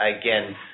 Again